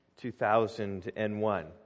2001